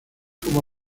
como